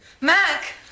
Mac